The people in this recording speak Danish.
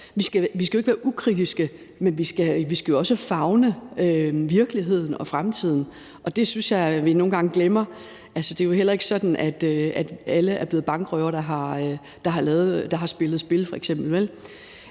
Vi skal ikke være ukritiske, men vi skal jo også favne virkeligheden og fremtiden, og det synes jeg vi nogle gange glemmer. Altså, det er jo heller ikke sådan, at alle, der har spillet spil,